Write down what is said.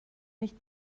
nicht